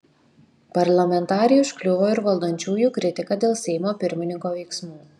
parlamentarei užkliuvo ir valdančiųjų kritika dėl seimo pirmininko veiksmų